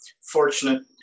fortunate